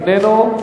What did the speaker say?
איננו,